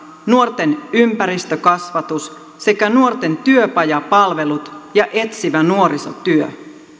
nuorten ympäristökasvatus sekä nuorten työpajapalvelut ja etsivä nuorisotyö